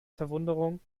verwunderung